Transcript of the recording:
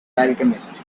alchemist